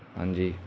ਹਾਂਜੀ